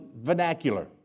vernacular